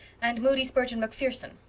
and moody spurgeon macpherson.